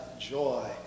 joy